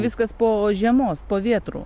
viskas po žiemos po vėtrų